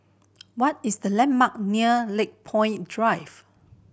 what is the landmark near Lakepoint Drive